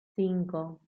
cinco